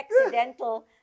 accidental